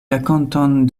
rakonton